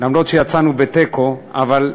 אומנם יצאנו בתיקו, אבל,